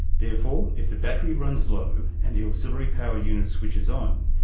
therefore, if the battery runs low and the auxiliary power unit switches on,